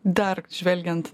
dar žvelgiant